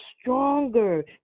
stronger